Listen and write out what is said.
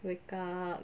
wake up